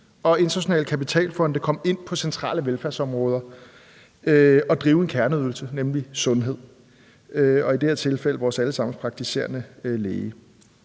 internationale kapitalfonde komme ind på centrale velfærdsområder og drive en kerneydelse, nemlig sundhed, og i det her tilfælde vores alle sammens praktiserende læge.